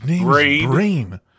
Brain